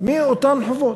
מאותם חובות?